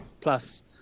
plus